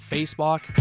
Facebook